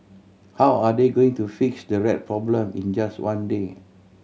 how are they going to fix the rat problem in just one day